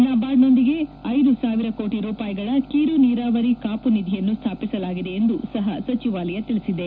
ನಬಾರ್ಡ್ನೊಂದಿಗೆ ಐದು ಸಾವಿರಕೋಟಿ ರೂಪಾಯಿಗಳ ಕಿರು ನೀರಾವರಿ ಕಾಪು ನಿಧಿಯನ್ನು ಸ್ವಾಪಿಸಲಾಗಿದೆ ಎಂದೂ ಸಪ ಸಚಿವಾಲಯ ತಿಳಿಸಿದೆ